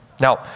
Now